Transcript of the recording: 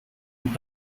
and